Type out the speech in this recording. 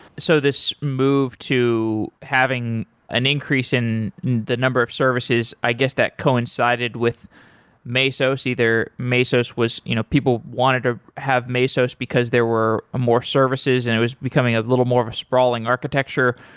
so this move to having an increase in the number of services, i guess that coincided with mesos. either mesos you know people wanted to have mesos because there were more services and it was becoming a little more of a sprawling architecture,